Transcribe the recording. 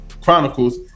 Chronicles